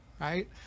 right